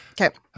Okay